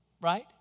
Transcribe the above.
Right